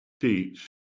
teach